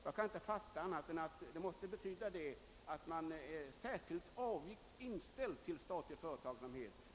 Jag kan inte fatta annat än att anledningen till att man har denna inställning måste vara att man är särskilt avogt inställd till statlig företagsamhet.